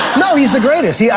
no, he's the greatest. yeah